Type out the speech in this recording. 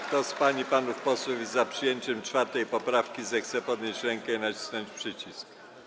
Kto z pań i panów posłów jest za przyjęciem 4. poprawki, zechce podnieść rękę i nacisnąć przycisk.